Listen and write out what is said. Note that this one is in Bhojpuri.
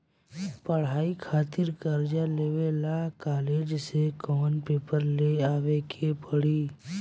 पढ़ाई खातिर कर्जा लेवे ला कॉलेज से कौन पेपर ले आवे के पड़ी?